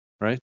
right